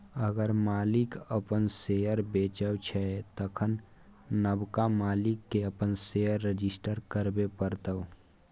अगर मालिक अपन शेयर बेचै छै तखन नबका मालिक केँ अपन शेयर रजिस्टर करबे परतै